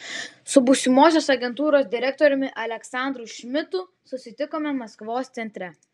su būsimosios agentūros direktoriumi aleksandru šmidtu susitikome maskvos centre